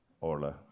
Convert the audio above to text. Orla